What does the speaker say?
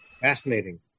Fascinating